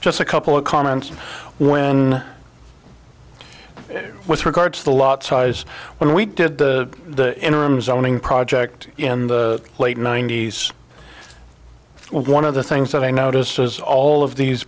just a couple of comments when with regard to the lot size when we did the interim zoning project in the late ninety's one of the things that i noticed was all of these